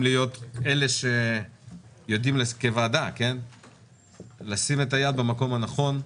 להיות אלה שיודעים כוועדה לשים את היד במקום הנכון,